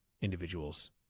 individuals